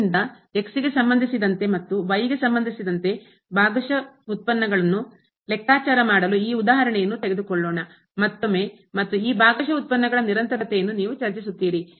ಆದ್ದರಿಂದ ಗೆ ಸಂಬಂಧಿಸಿದಂತೆ ಮತ್ತು ಗೆ ಸಂಬಂಧಿಸಿದಂತೆ ಭಾಗಶಃ ಉತ್ಪನ್ನಗಳನ್ನು ಲೆಕ್ಕಾಚಾರ ಮಾಡಲು ಈ ಉದಾಹರಣೆಯನ್ನು ತೆಗೆದುಕೊಳ್ಳೋಣ ಮತ್ತೊಮ್ಮೆ ಮತ್ತು ಈ ಭಾಗಶಃ ಉತ್ಪನ್ನಗಳ ನಿರಂತರತೆಯನ್ನು ನೀವು ಚರ್ಚಿಸುತ್ತೀರಿ